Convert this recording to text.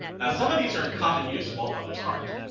now some of these are in common use while others aren't.